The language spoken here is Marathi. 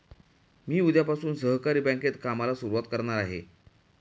मी उद्यापासून सहकारी बँकेत कामाला सुरुवात करणार आहे